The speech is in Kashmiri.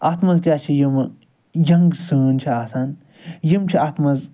اتھ مَنٛز کیٛاہ چھ یِم یَنٛگ سٲنۍ چھِ آسان یِم چھِ اتھ مَنٛز